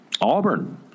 Auburn